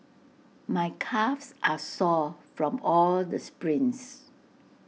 my calves are sore from all the sprints